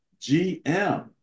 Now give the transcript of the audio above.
GM